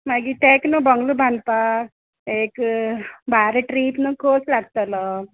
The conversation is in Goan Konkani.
मागीर ताका न्हू बंगलो बानपाक एक बारा ट्रीप न्हू खस लागतलो